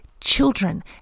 children